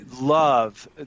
love